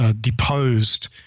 Deposed